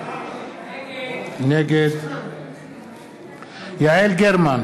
נגד יעל גרמן,